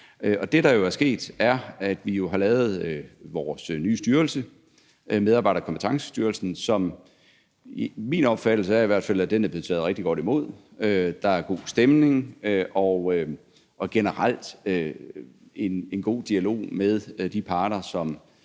Det, der jo er sket, er, at vi har lavet vores nye styrelse, Medarbejder- og Kompetencestyrelsen. Min opfattelse er i hvert fald, at den er der blevet taget rigtig godt imod. Der er god stemning og generelt en god dialog med de parter,